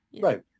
Right